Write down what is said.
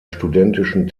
studentischen